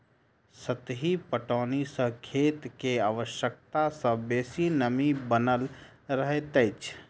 सतही पटौनी सॅ खेत मे आवश्यकता सॅ बेसी नमी बनल रहैत अछि